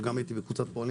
אבל הייתי גם בקבוצת הפועלים